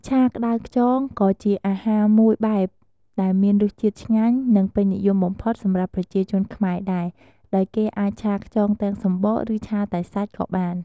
ឆាក្ដៅខ្យង ក៏ជាអាហារមួយបែបដែលមានរសជាតិឆ្ងាញ់ និងពេញនិយមបំផុតសម្រាប់ប្រជាជនខ្មែរដែរ ដោយគេអាចឆាខ្យងទាំងសំបក ឬឆាតែសាច់ក៏បាន។